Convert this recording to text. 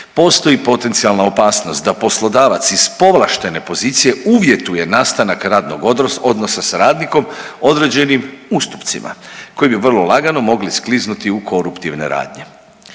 postoji potencijalna opasnost da poslodavac iz povlaštene pozicije uvjetuje nastanak radnog odnosa s radnikom određenim ustupcima koji bi vrlo lagano mogli skliznuti u koruptivne radnje.